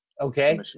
Okay